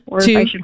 two